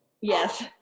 Yes